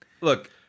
Look